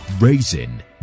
raising